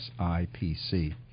SIPC